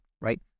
right